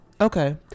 okay